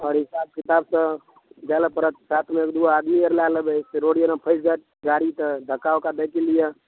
आओर हिसाब किताब तऽ जाइ लए पड़त साथमे दू आदमी आर लए लेबै रोड आरमे फॅंसि जाइत गाड़ी तऽ धक्का उक्का दैके लिए